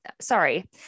sorry